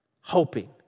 hoping